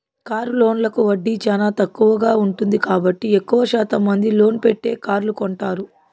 car లోన్లకు వడ్డీ చానా తక్కువగా ఉంటుంది కాబట్టి ఎక్కువ శాతం మంది లోన్ పెట్టే కార్లు కొంటారు